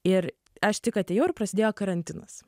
ir aš tik atėjau ir prasidėjo karantinas